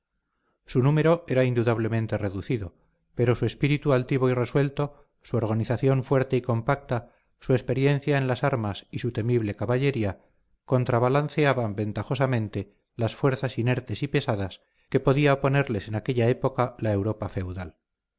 su número era indudablemente reducido pero su espíritu altivo y resuelto su organización fuerte y compacta su experiencia en las armas y su temible caballería contrabalanceaban ventajosamente las fuerzas inertes y pesadas que podía oponerles en aquella época la europa feudal